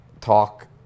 talk